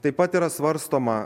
taip pat yra svarstoma